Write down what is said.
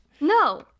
No